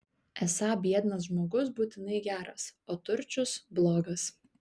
esą biednas žmogus būtinai geras o turčius blogas